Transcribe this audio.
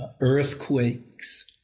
earthquakes